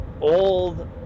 old